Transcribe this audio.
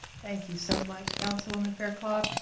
thank you so much, councilwoman fairclough.